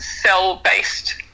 cell-based